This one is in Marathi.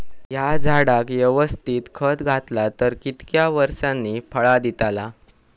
हया झाडाक यवस्तित खत घातला तर कितक्या वरसांनी फळा दीताला?